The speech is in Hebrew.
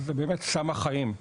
זה באמת סם החיים.